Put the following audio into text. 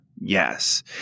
Yes